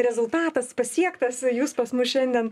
rezultatas pasiektas jūs pas mus šiandien